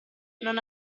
non